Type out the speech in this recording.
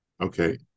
Okay